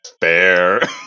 fair